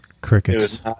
crickets